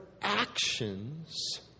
actions